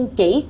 chỉ